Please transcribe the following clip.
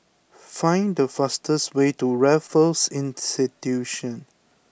find the fastest way to Raffles Institution